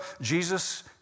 Jesus